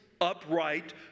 upright